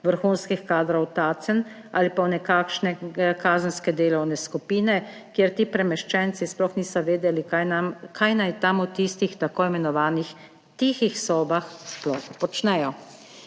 vrhunskih kadrov v Tacen ali pa v nekakšne kazenske delovne skupine, kjer ti premeščenci sploh niso vedeli, kaj naj tam v tistih tako imenovanih tihih sobah sploh počnejo.